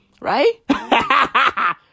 right